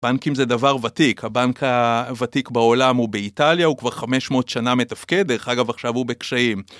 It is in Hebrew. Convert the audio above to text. בנקים זה דבר ותיק, הבנק הוותיק בעולם הוא באיטליה, הוא כבר 500 שנה מתפקד, דרך אגב עכשיו הוא בקשיים.